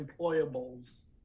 Employables